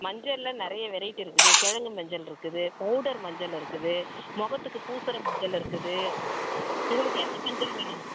மஞ்சளில் நிறைய வெரைட்டி இருக்குது கிழங்கு மஞ்சள் இருக்குது பவுடர் மஞ்சள் இருக்குது முகத்துக்கு பூசுகிற மஞ்சள் இருக்குது உங்களுக்கு எந்த மஞ்சள் வேணும்